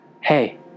Hey